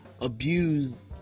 abuse